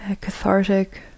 cathartic